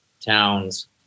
towns